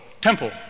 temple